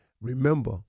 remember